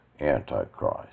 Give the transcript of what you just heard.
Antichrist